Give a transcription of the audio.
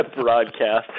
broadcast